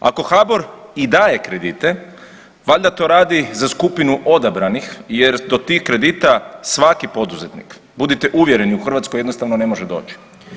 Ako HBOR i daje kredite valjda to radi za skupinu odabranih jer do tih kredita svaki poduzetnik, budite uvjereni, u Hrvatskoj jednostavno ne može doći.